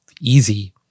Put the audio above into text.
easy